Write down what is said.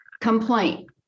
complaint